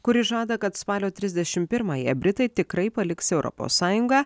kuris žada kad spalio trisdešim pirmąją britai tikrai paliks europos sąjungą